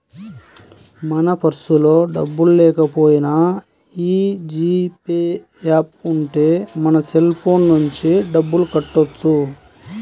మన పర్సులో డబ్బుల్లేకపోయినా యీ జీ పే యాప్ ఉంటే మన సెల్ ఫోన్ నుంచే డబ్బులు కట్టొచ్చు